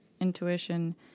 intuition